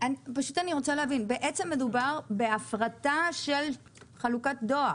בעצם מדובר בהפרטה של חלוקת דואר?